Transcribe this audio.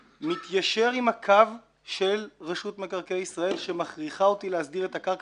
מתיישר עם הקו של רשות מקרקעי ישראל שמכריחה אותי להסדיר את הקרקע